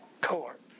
court